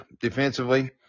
defensively